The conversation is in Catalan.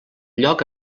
lloc